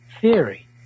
theory